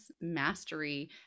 mastery